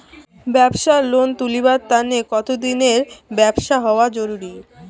ব্যাবসার লোন তুলিবার তানে কতদিনের ব্যবসা হওয়া জরুরি?